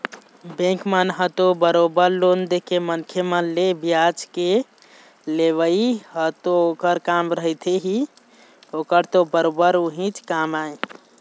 bank मन ह तो बरोबर लोन देके मनखे मन ले बियाज के लेवई ह तो ओखर काम रहिथे ही ओखर तो बरोबर उहीच काम आय